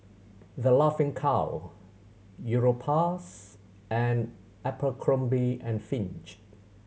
The Laughing Cow Europace and Abercrombie and Fitch